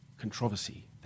Controversy